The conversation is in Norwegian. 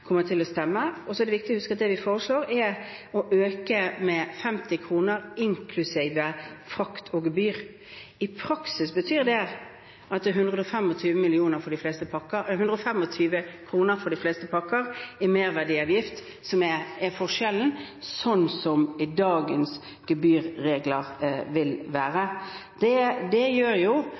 kommer til å stemme. Det er viktig å huske at det vi foreslår, er å øke med 50 kr, inklusive frakt og gebyr. I praksis betyr det at det er 125 kr i merverdiavgift for de fleste pakker